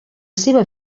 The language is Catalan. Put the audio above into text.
seva